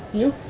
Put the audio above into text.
you?